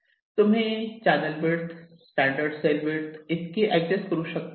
तुम्ही channel width standard cell width इतकी adjust करू शकतात